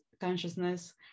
consciousness